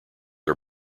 are